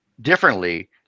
differently